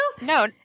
No